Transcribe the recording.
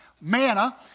manna